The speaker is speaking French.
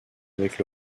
avec